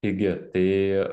taigi tai